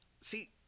see